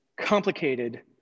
complicated